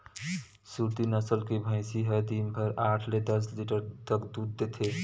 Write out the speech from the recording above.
सुरती नसल के भइसी ह दिन भर म आठ ले दस लीटर तक दूद देथे